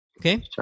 Okay